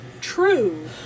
true